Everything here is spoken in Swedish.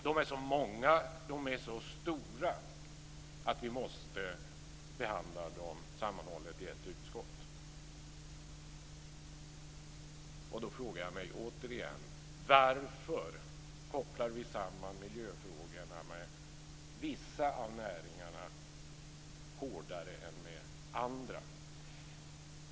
De är så många och de är så stora att vi måste behandla dem sammanhållet i ett utskott. Och då frågar jag mig återigen: Varför kopplar vi samman miljöfrågorna med vissa av näringarna hårdare än med andra?